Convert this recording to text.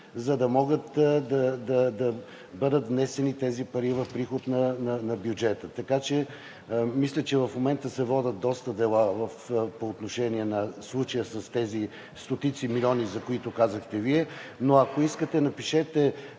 за да могат да бъдат внесени тези пари в приход на бюджета. Така че мисля, че се водят доста дела по отношение на случая с тези стотици милиони, за които казахте Вие. Но ако искате, направете